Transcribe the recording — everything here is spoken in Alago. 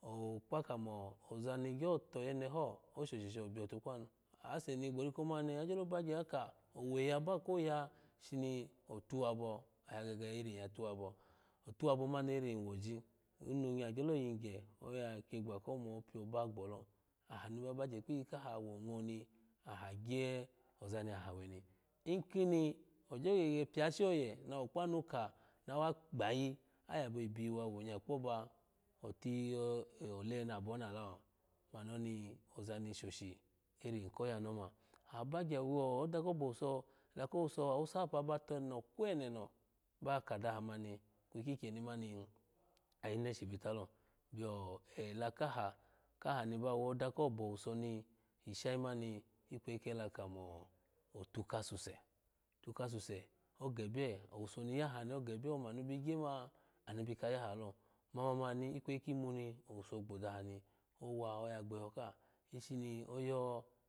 okpa kamo ozani gyo toyeneho oshoshi shobiyotu kpanu ase ni gboriko ma agyolo bagye ayika owe ya koya towabo a ge ge iri ya towabo towabo mami woje oyi nonya gyolo yigye oya kye gba ko mo opiyobagbolo aha ni ba ba gya oya kye gba ko mo opiyoba gbolo ahami ba ba gye kpiyika wango ni ayu gye wozu niahanwe ni ikini ogyo gege peshe oye nawo kpawu kama wa gbayi abobiyiwa wonya kpoba otiyi oleni abo onalo mani oni oza. ni shohi ri koya ni oma abagyu awoda kobowusu da kowoso awoseapa. ba tono kwenono ba kadaha mani kyiyeno mani ayene shibitalo biyu da kahu kalu ni bawodu kobowuso ni ishayi mani nikwayi kada mo otu kasuse atu kasuse ogebiye owuso niyahani ogebiye omo anu bigyema anu bikayahalo mamani ikweyi kimu ni owuso gbodahani owa oya gbehoka ishemi oyo